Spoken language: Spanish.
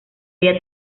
ella